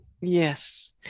Yes